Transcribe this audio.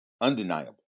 undeniable